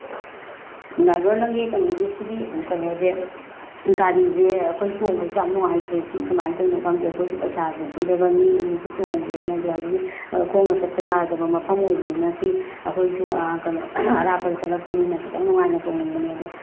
driver ꯅꯪꯒꯤ ꯀꯩꯅꯣꯒꯤ ꯁꯤꯒꯤ ꯀꯩꯅꯣꯁꯦ ꯒꯥꯔꯤꯁꯦ ꯑꯩꯈꯣꯏ ꯇꯣꯡꯕꯁꯨ ꯌꯥꯝ ꯅꯨꯡꯉꯥꯏꯇ꯭ꯔꯦ ꯁꯤ ꯀꯃꯥꯏꯅ ꯇꯧꯔꯤꯅꯣ ꯈꯪꯗꯦ ꯑꯩꯈꯣꯏꯁꯨ ꯄꯩꯁꯥꯁꯦ ꯄꯤꯔꯒ ꯅꯦꯛꯏꯅꯤ ꯁꯤ ꯇꯣꯡꯒꯦꯅ ꯈꯣꯡꯅ ꯆꯠꯄ ꯌꯥꯗꯕ ꯃꯐꯝ ꯑꯣꯏꯕꯅꯤꯅ ꯁꯤ ꯑꯩꯈꯣꯏꯁꯨ ꯀꯩꯅꯣ ꯑꯔꯥꯞꯄꯗ ꯆꯠꯂꯛꯄꯅꯤꯅ ꯈꯤꯇꯪ ꯅꯨꯡꯉꯥꯏꯅ ꯇꯣꯡꯅꯤꯡꯕꯅꯦ ꯑꯗꯣ